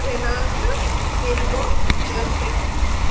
Renault ఇంగో electric